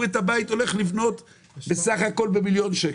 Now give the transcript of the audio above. והוא את הבית הולך לבנות בסך הכול במיליון שקל,